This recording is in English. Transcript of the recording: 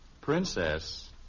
Princess